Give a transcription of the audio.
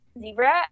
zebra